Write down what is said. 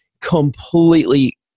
completely